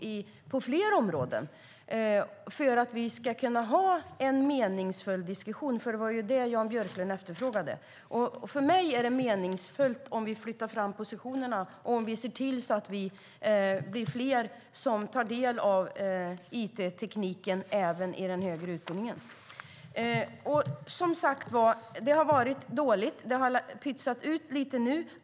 När det gäller att vi ska kunna ha en meningsfull diskussion - för det var ju det Jan Björklund efterfrågade - är det för mig meningsfullt om vi flyttar fram positionerna och ser till att vi blir fler som tar del av it-tekniken även i den högre utbildningen. Det har som sagt varit lite dåligt. Det har pytsats ut lite nu.